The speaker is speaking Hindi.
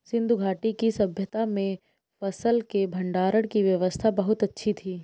सिंधु घाटी की सभय्ता में फसल के भंडारण की व्यवस्था बहुत अच्छी थी